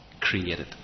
created